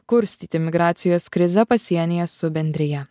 kurstyti migracijos krizę pasienyje su bendrija